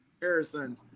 Harrison